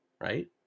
Right